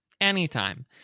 Anytime